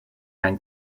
han